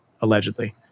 allegedly